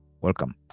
welcome